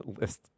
list